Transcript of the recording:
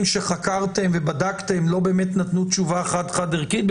שחקרתם או בדקתם לא באמת נתנו תשובה חד-חד-ערכית,